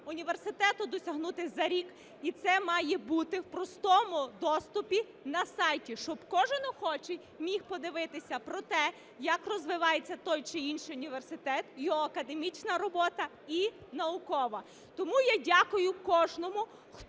університету досягнути за рік. І це має бути в простому доступі на сайті, щоб кожен охочий міг подивитися про те, як розвивається той чи інший університет, його академічна робота і наукова. Тому я дякую кожному,